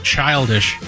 childish